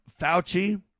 Fauci